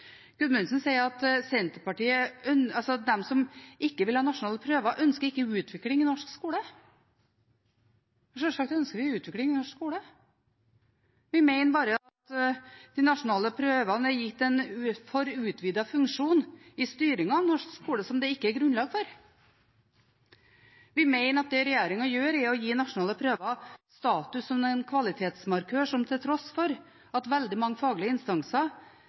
Gudmundsen sier at de som ikke vil ha nasjonale prøver, ikke ønsker utvikling i norsk skole. Sjølsagt ønsker vi utvikling i norsk skole, vi mener bare at de nasjonale prøvene er gitt en for utvidet funksjon i styringen av norsk skole, som det ikke er grunnlag for. Vi mener at det regjeringen gjør, er å gi nasjonale prøver status som en kvalitetsmarkør, til tross for at veldig mange faglige instanser